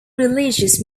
religious